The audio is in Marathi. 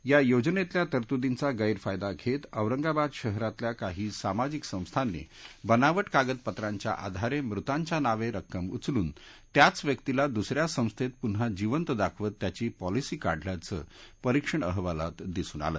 या योजनेतल्या तरतुरींचा गैरफायदा घेत औरंगाबाद शहरातल्या काही सामाजिक संस्थांनी बनावट कागदपत्रांच्या आधारे मृतांच्या नावे रक्कम उचलून त्याच व्यक्तीला दुसऱ्या संस्थेत पुन्हा जिवंत दाखवत त्याची पॉलिसी काढल्याचं परीक्षण अहवालात दिसून आलं